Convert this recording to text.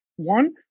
One